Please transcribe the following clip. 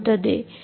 ಮತ್ತು 4